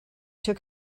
took